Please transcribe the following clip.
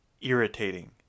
irritating